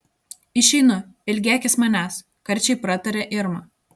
išeinu ilgėkis manęs karčiai pratarė irma